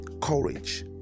courage